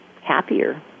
happier